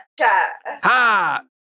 Ha